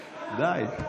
די.